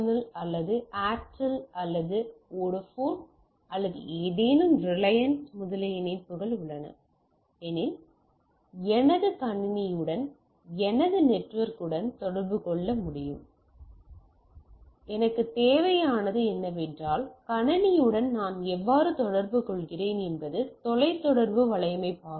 L அல்லது ஏர்டெல் அல்லது Vodafone அல்லது ஏதேனும் ரிலையன்ஸ் முதலியன இணைப்புகள் உள்ளன எனில் எனது கணினியுடன் எனது நெட்வொர்க்குடன் தொடர்பு கொள்ள முடியும் எனக்குத் தேவையானது என்னவென்றால் கணினியுடன் நான் எவ்வாறு தொடர்புகொள்கிறேன் என்பது தொலைத் தொடர்பு வலையமைப்பாகும்